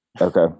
Okay